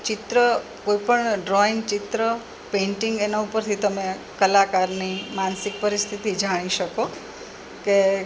ચિત્ર કોઈપણ ડ્રોઈંગ ચિત્ર પેન્ટિંગ એના ઉપરથી તમે કલાકારની માનસિક પરિસ્થિતિ જાણી શકો કે